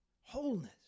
Wholeness